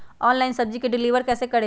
Online सब्जी deliver कैसे करें?